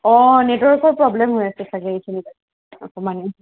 অঁ নেটৱৰ্কৰ প্ৰব্লেম হৈ আছে চাগে এইখিনিত অকণমান